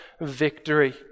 victory